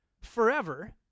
forever